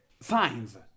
signs